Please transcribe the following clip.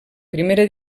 primera